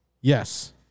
Yes